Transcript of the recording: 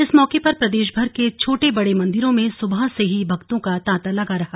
इस मौके पर प्रदेशभर के छोट बड़े मंदिरों में सुबह से ही भक्तों का तांता लगा रहा